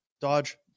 Dodge